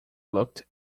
looked